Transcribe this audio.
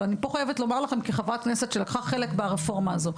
אבל אני פה חייבת לומר לכם כחברת כנסת שלקחה חלק ברפורמה הזו.